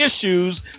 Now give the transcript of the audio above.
issues